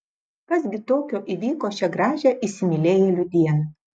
kas gi tokio įvyko šią gražią įsimylėjėlių dieną